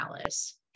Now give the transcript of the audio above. Alice